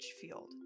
field